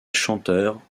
chanteurs